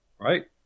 Right